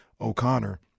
O'Connor